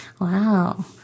Wow